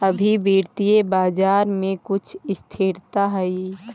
अभी वित्तीय बाजार में कुछ स्थिरता हई